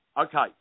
Okay